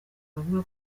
bavuga